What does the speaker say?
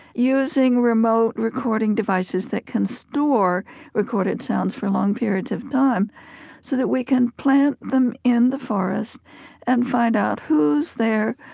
using remote recording devices that can store recorded sounds for long periods of time so that we can plant them in the forest and find out who's there,